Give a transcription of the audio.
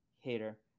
hater